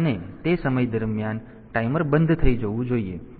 અને તે સમય દરમિયાન ટાઈમર બંધ થઈ જવું જોઈએ